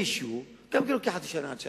אחרי אישור, גם לוקח חצי שנה עד שנה,